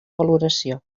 valoració